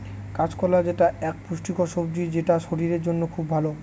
কাঁচকলা যেটা এক পুষ্টিকর সবজি সেটা শরীরের জন্য খুব ভালো